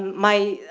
my,